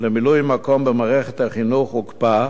למילוי-מקום במערכת החינוך הוקפא,